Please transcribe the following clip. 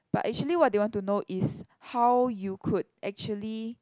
but actually what they want to know is how you could actually